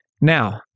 Now